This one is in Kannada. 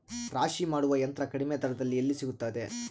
ರಾಶಿ ಮಾಡುವ ಯಂತ್ರ ಕಡಿಮೆ ದರದಲ್ಲಿ ಎಲ್ಲಿ ಸಿಗುತ್ತದೆ?